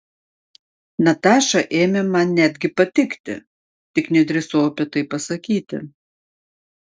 nataša ėmė man netgi patikti tik nedrįsau apie tai pasakyti